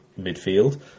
midfield